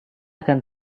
akan